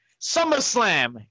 SummerSlam